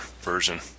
version